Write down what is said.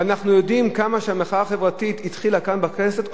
ואנחנו יודעים עד כמה המחאה החברתית התחילה כאן בכנסת,